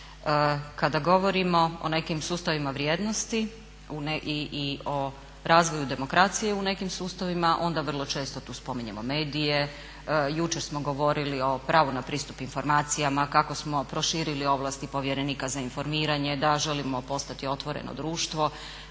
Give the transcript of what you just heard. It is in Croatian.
kada govorimo o nekim sustavima vrijednosti i o razvoju demokracije u nekim sustavima onda vrlo često tu spominjemo medije, jučer smo govorili o pravu na pristup informacijama kako smo proširili ovlasti povjerenika za informiranje, da želimo postati otvoreno društvo,